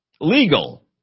legal